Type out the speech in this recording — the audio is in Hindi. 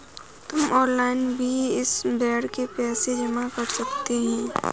तुम ऑनलाइन भी इस बेड के पैसे जमा कर सकते हो